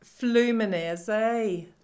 Fluminese